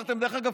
דרך אגב,